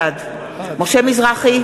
בעד משה מזרחי,